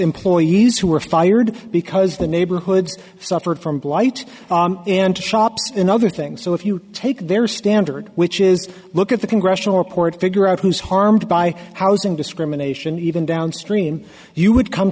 employees who were fired because the neighborhoods suffered from blight and shops in other things so if you take their standard which is look at the congressional report figure out who's harmed by housing discrimination even downstream you would come